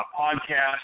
podcast